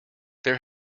there